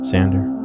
Sander